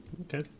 Okay